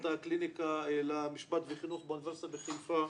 הקליניקה למשפט וחינוך באוניברסיטה בחיפה.